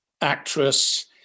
actress